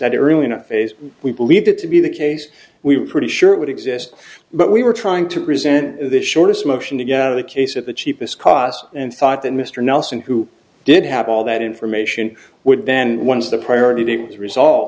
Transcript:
that early in a phase we believed it to be the case we were pretty sure it would exist but we were trying to resent the shortest motion to get out of the case at the cheapest cost and thought that mr nelson who did have all that information would then one of the priority to resolve